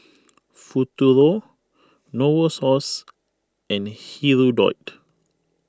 Futuro Novosource and Hirudoid